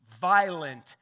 violent